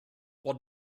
what